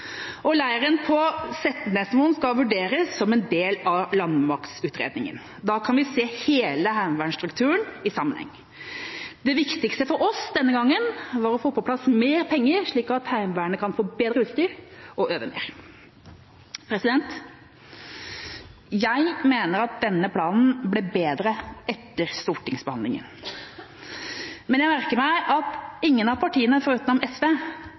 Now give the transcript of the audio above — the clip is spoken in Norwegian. Og leiren på Setnesmoen skal vurderes som en del av landmaktutredningen. Da kan vi se hele heimevernsstrukturen i sammenheng. Det viktigste for oss denne gangen var å få på plass mer penger, slik at Heimevernet kan få bedre utstyr og øve mer. Jeg mener denne planen ble bedre etter stortingsbehandlingen, men jeg merker meg at ingen av partiene, foruten SV,